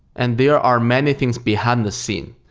and there are many things behind-the-scene.